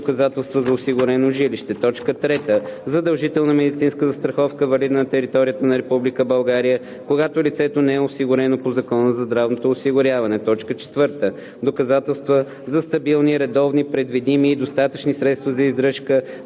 ЕС; 3. задължителна медицинска застраховка, валидна за територията на Република България, когато лицето не е осигурено по Закона за здравното осигуряване; 4. доказателства за стабилни, редовни, предвидими и достатъчни средства за издръжка,